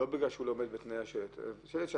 את לא